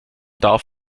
darf